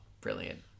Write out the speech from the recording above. brilliant